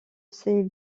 ces